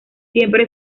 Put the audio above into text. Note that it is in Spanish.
siempre